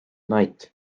night